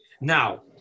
Now